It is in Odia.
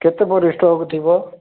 କେତେପରି ଷ୍ଟକ୍ ଥିବ